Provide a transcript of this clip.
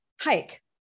hike